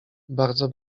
bardzo